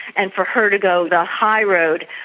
and for her to go the high road.